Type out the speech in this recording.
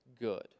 good